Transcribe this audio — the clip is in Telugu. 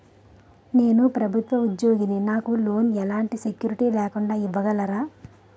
నేను ప్రభుత్వ ఉద్యోగిని, నాకు లోన్ ఎలాంటి సెక్యూరిటీ లేకుండా ఇవ్వగలరా?